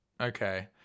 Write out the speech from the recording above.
Okay